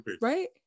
Right